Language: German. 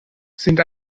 sind